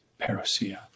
parousia